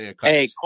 Hey